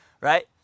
Right